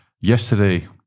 yesterday